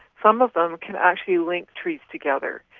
some of them can actually link trees together.